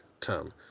term